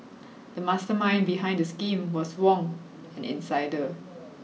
the mastermind behind the scheme was Wong an insider